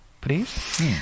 please